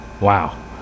Wow